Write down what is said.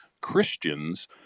Christians